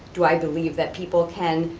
do i believe that people can